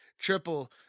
Triple